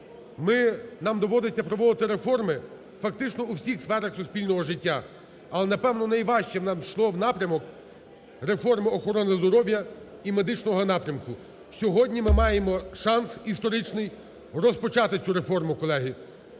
нам доведеться проводити реформи фактично в усіх сферах суспільного життя. Але, напевно, найважчим нам йшов напрямок реформи охорони здоров'я і медичного напрямку. Сьогодні ми маємо шанс історичний розпочати цю реформу, колеги.